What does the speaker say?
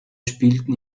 spielten